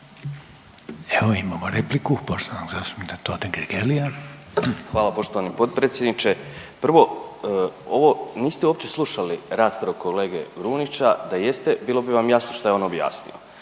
Evo imamo repliku poštovanog zastupnika Totgergelia. **Totgergeli, Miro (HDZ)** Hvala poštovani potpredsjedniče. Prvo, ovo niste uopće slušali raspravu kolege … da jeste bilo bi vam jasno šta je on objasnio.